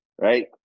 right